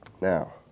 now